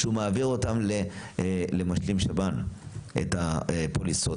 שהוא מעביר אותם למשלים שב"ן את הפוליסות